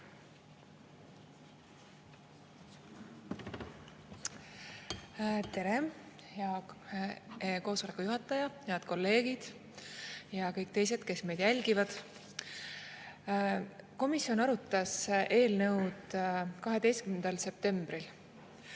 hea koosoleku juhataja! Head kolleegid ja kõik teised, kes meid jälgivad! Komisjon arutas eelnõu 12. septembril